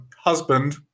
Husband